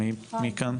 מיכל